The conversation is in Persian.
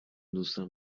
دوستم